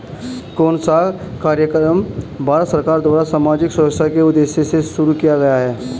कौन सा कार्यक्रम भारत सरकार द्वारा सामाजिक सुरक्षा के उद्देश्य से शुरू किया गया है?